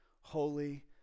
holy